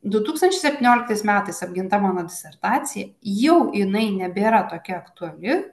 du tūkstančiai septynioliktais metais apginta mano disertacija jau jinai nebėra tokia aktuali